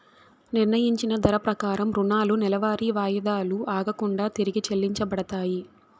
నిర్ణయించిన ధర ప్రకారం రుణాలు నెలవారీ వాయిదాలు ఆగకుండా తిరిగి చెల్లించబడతాయి